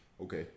Okay